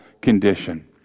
condition